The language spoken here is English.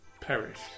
perish